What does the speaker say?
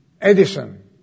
Edison